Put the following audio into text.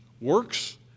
Works